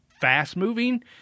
fast-moving